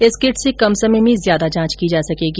इस किट से कम समय में ज्यादा जांच की जा सकेगी